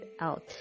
out